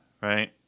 right